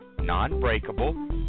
non-breakable